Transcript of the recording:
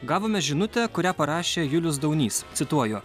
gavome žinutę kurią parašė julius daunys cituoju